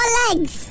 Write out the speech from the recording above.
legs